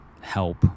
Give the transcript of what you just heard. Help